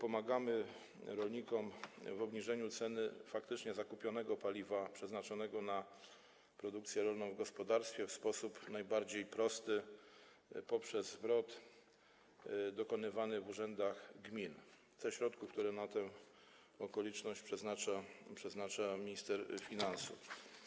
Pomagamy rolnikom w obniżeniu ceny faktycznie zakupionego paliwa przeznaczonego do produkcji rolnej w gospodarstwie w sposób najbardziej prosty: poprzez zwrot dokonywany w urzędach gmin ze środków, które na tę okoliczność przeznacza minister finansów.